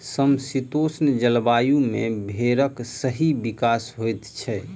समशीतोष्ण जलवायु मे भेंड़क सही विकास होइत छै